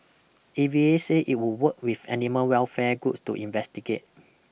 A V A said it would work with animal welfare groups to investigate